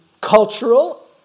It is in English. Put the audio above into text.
cultural